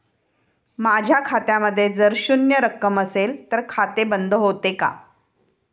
माझ्या खात्यामध्ये जर शून्य रक्कम असेल तर खाते बंद होते का?